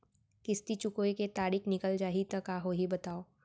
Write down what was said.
किस्ती चुकोय के तारीक निकल जाही त का होही बताव?